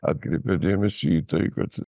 atkreipia dėmesį į tai kad